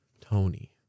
Tony